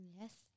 yes